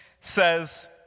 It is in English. says